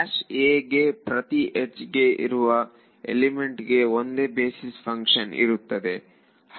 aಗೆ ಪ್ರತಿ ಯಡ್ಜ್ ಗೆ ಇರುವ ಎಲಿಮೆಂಟ್ ಗೆ ಒಂದೇ ಬೇಸಿಸ್ ಫಂಕ್ಷನ್ ಇರುತ್ತದೆ